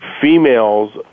females